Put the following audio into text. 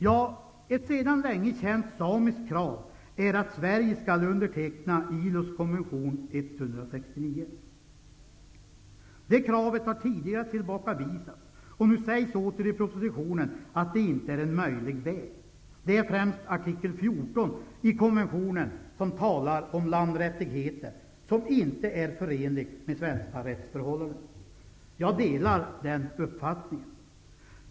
Ja, ett sedan länge känt samiskt krav är att Sverige skall underteckna ILO:s konvention 169. Det kravet har tidigare tillbakavisats, och nu sägs åter i propositionen att det inte är en möjlig väg. Det är främst artikel 14 i konventionen som talar om landrättigheter och som inte är förenlig med svenska rättsförhållanden. Jag delar den uppfattningen.